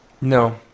No